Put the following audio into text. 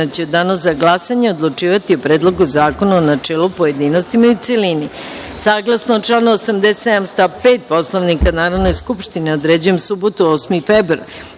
će u Danu za glasanje odlučivati o Predlogu zakona u načelu, pojedinostima i u celini. Saglasno članu 87. stav 5. Poslovnika Narodne skupštine, određujem subotu, 8. februar